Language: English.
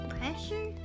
pressure